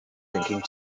thinking